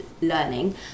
learning